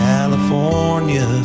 California